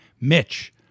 Mitch